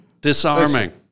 Disarming